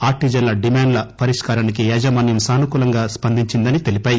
RTC demand పరిష్కారానికి యాజమాన్యం సానుకూలంగా స్పందించిందని తెలిపాయి